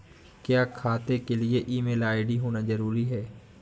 क्या खाता के लिए ईमेल आई.डी होना जरूरी है?